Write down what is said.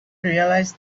realise